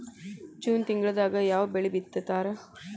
June ತಿಂಗಳದಾಗ ಯಾವ ಬೆಳಿ ಬಿತ್ತತಾರ?